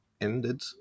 ended